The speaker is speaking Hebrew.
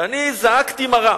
ואני זעקתי מרה,